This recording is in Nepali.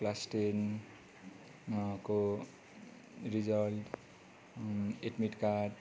क्लास टेन को रिजल्ट एडमिट कार्ड